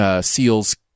Seal's